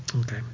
Okay